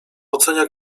ocenia